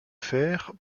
fer